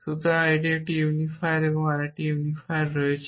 সুতরাং এটি একটি ইউনিফায়ার এবং আরেকটি ইউনিফায়ার রয়েছে